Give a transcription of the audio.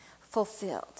fulfilled